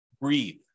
Breathe